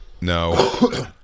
No